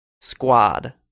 squad